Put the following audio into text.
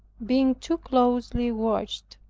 being too closely watched